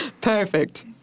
Perfect